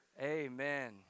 Amen